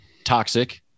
toxic